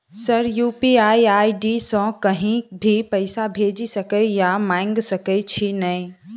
Sir UPI ID सँ कहि भी पैसा भेजि सकै या मंगा सकै छी की न ई?